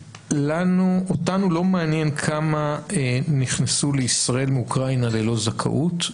אותנו לא מעניין כמה נכנסו לישראל מאוקראינה ללא זכאות,